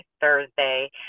Thursday